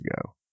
ago